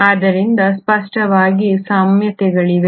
ಆದ್ದರಿಂದ ಸ್ಪಷ್ಟವಾಗಿ ಸಾಮ್ಯತೆಗಳಿವೆ